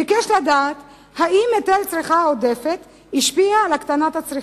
ביקש לדעת אם היטל צריכה עודפת השפיע על הקטנת הצריכה.